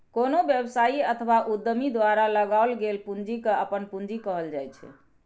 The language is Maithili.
कोनो व्यवसायी अथवा उद्यमी द्वारा लगाओल गेल पूंजी कें अपन पूंजी कहल जाइ छै